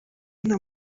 nta